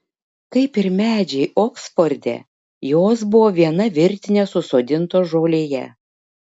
kaip ir medžiai oksforde jos buvo viena virtine susodintos žolėje